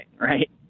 right